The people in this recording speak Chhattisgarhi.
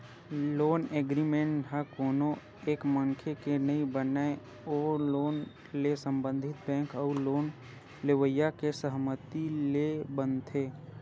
लोन एग्रीमेंट ह कोनो एक मनखे के नइ बनय ओ लोन ले संबंधित बेंक अउ लोन लेवइया के सहमति ले बनथे